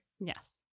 Yes